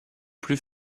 plus